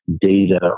data